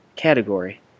category